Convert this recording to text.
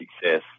success